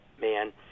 man—